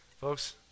Folks